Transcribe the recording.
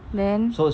then